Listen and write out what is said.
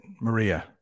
maria